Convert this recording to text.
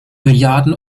milliarden